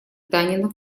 танина